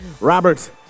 Robert